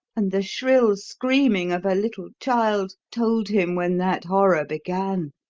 and the shrill screaming of a little child told him when that horror began.